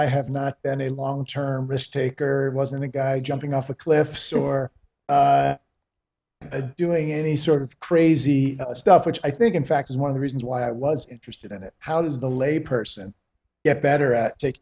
i have not been a long term risk taker i wasn't a guy jumping off of cliffs or doing any sort of crazy stuff which i think in fact is one of the reasons why i was interested in it how does the lay person get better at tak